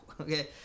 okay